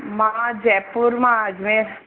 मां जयपुर मां अजमेर